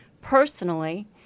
personally